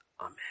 Amen